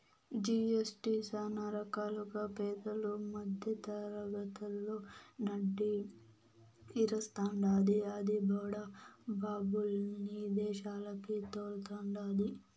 GST సానా రకాలుగా పేదలు, మద్దెతరగతోళ్ళు నడ్డి ఇరస్తాండాది, అది బడా బాబుల్ని ఇదేశాలకి తోల్తండాది